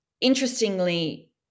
Interestingly